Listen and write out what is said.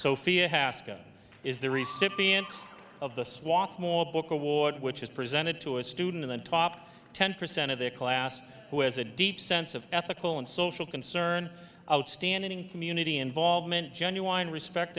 hasta is the recipient of the swath more book award which is presented to a student in the top ten percent of their class who has a deep sense of ethical and social concern outstanding community involvement genuine respect